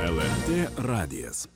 lrt radijas